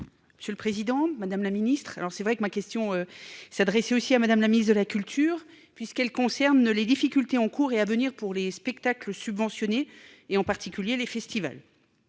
Monsieur le président, madame la ministre. Alors c'est vrai que, ma question s'adresse aussi à madame la ministre de la culture puisqu'elle concerne les difficultés en cours et à venir pour les spectacles subventionnés et en particulier les festivals.